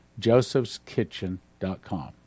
josephskitchen.com